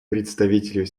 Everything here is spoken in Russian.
представителю